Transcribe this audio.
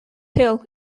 hill